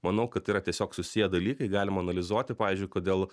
manau kad tai yra tiesiog susiję dalykai galim analizuoti pavyzdžiui kodėl